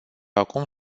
acum